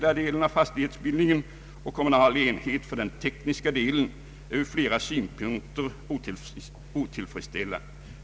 av fastighetsbildningen och kommunal enhet för den tekniska delen är ur flera synpunkter = otillfredsställande.